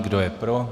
Kdo je pro?